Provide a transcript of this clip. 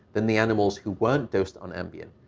than the animals who weren't dosed on ambien.